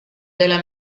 della